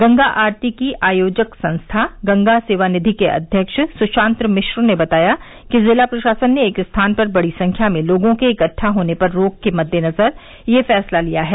गंगा आरती की आयोजक संस्था गंगा सेवा निधि के अव्यक्ष स्शांत मिश्र ने बताया कि जिला प्रशासन ने एक स्थान पर बड़ी संख्या में लोगों के इकट्ठा होने पर रोक के मद्देनजर यह फैसला लिया है